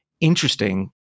interesting